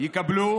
יקבלו